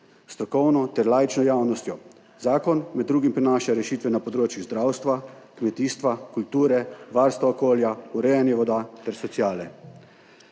strokovno ter laično javnostjo. Zakon med drugim prinaša rešitve na področju zdravstva, kmetijstva, kulture, varstva okolja, urejanja voda ter sociale.